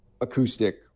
acoustic